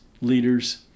leaders